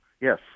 Yes